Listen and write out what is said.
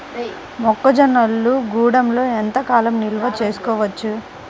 మొక్క జొన్నలు గూడంలో ఎంత కాలం నిల్వ చేసుకోవచ్చు?